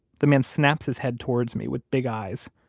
the man snaps his head towards me with big eyes.